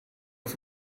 auf